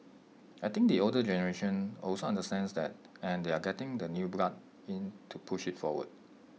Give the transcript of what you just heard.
I think the older generation also understands that and they are getting the new blood in to push IT forward